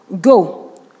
go